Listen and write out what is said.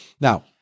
Now